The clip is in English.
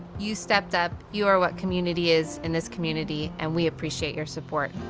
you stepped up, you are what community is in this community, and we appreciate your support,